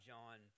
John